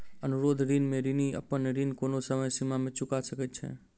अनुरोध ऋण में ऋणी अपन ऋण कोनो समय सीमा में चूका सकैत छै